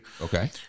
Okay